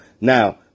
now